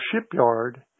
shipyard